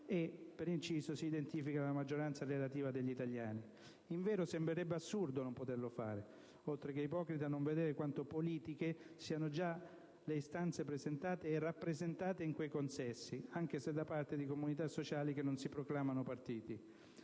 per inciso, si identifica la maggioranza relativa degli italiani. Invero, sembrerebbe assurdo non poterlo fare, oltre che ipocrita non vedere quanto «politiche» siano già le istanze presentate e rappresentate in quei consessi, anche se da parte di comunità sociali che non si proclamano partiti.